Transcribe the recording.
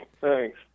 Thanks